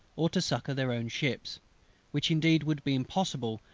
or to succour their own ships which indeed would be impossible,